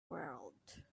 world